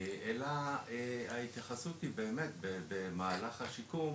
אלא ההתייחסות היא באמת, במהלך השיקום,